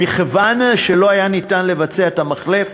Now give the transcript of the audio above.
מכיוון שלא היה אפשר לבצע את המחלף.